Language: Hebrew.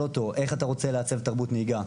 אותו 'איך אתה רוצה לעצב תרבות נהיגה,